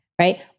Right